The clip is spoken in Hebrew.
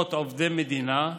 לרבות עובדי מדינה,